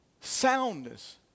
soundness